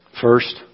First